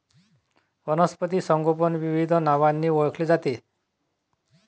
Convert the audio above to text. वनस्पती संगोपन विविध नावांनी ओळखले जाते